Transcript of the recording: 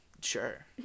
Sure